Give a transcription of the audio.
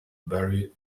very